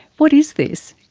what is this?